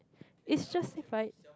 it's justified